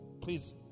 Please